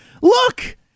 look